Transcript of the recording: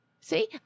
See